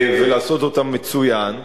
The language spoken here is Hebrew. ולעשות אותם מצוין.